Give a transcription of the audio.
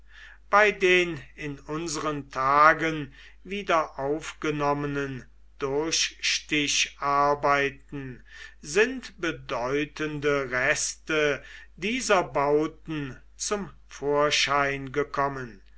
bei den in unseren tagen wieder aufgenommenen durchsticharbeiten sind bedeutende reste dieser bauten zum vorschein gekommen